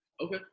Okay